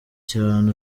cyane